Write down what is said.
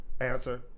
answer